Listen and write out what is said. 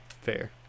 fair